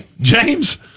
James